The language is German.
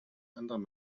anderer